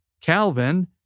Calvin